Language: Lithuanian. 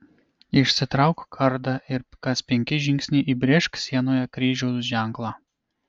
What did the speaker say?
išsitrauk kardą ir kas penki žingsniai įbrėžk sienoje kryžiaus ženklą